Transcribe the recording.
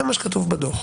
זה מה שכתוב בדו"ח.